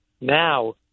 now